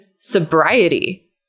sobriety